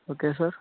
okay sir